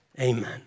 Amen